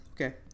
Okay